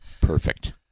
Perfect